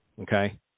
okay